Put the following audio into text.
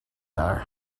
are